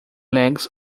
legs